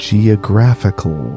Geographical